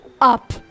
up